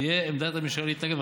תהיה עמדת הממשלה להתנגד,